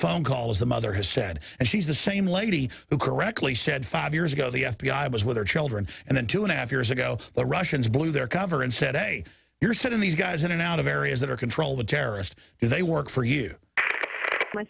phone call as the mother has said and she's the same lady who correctly said five years ago the f b i was with her children and then two and a half years ago the russians blew their cover and said hey you're sending these guys in and out of areas that are control the terrorists they work for you